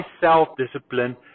self-discipline